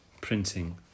printing